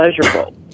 pleasurable